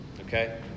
Okay